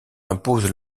imposent